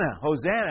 Hosanna